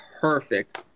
perfect